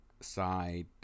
side